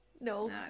No